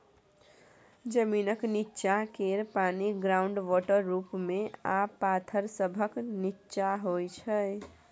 जमीनक नींच्चाँ केर पानि ग्राउंड वाटर रुप मे आ पाथर सभक नींच्चाँ होइ छै